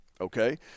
okay